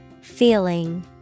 Feeling